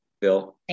Bill